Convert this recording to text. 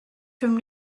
from